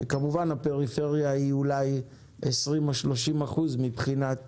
שכמובן הפריפריה היא אולי 20% או 30% מבחינת